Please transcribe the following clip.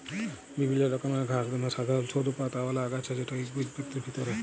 বিভিল্ল্য রকমের ঘাঁস দমে সাধারল সরু পাতাআওলা আগাছা যেট ইকবিজপত্রের ভিতরে